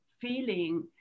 feeling